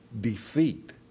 defeat